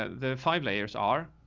ah the five layers are